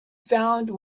found